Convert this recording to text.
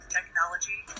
technology